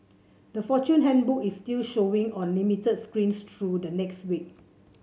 the Fortune Handbook is still showing on limited screens through the next week